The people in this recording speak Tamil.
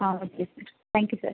ah okay sir thank you sir